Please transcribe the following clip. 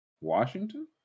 Washington